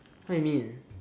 what you mean